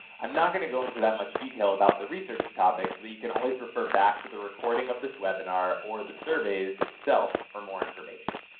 i'm not going to go into that much detail about the research topic so that you can always refer back to the recording of this webinar or the surveys itself for more information.